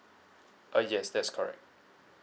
uh yes that's correct